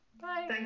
bye